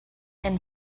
and